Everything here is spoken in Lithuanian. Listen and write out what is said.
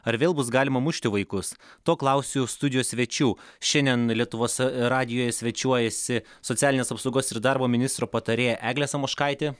ar vėl bus galima mušti vaikus to klausiu studijos svečių šiandien lietuvos radijuje svečiuojasi socialinės apsaugos ir darbo ministro patarėja eglė samoškaitė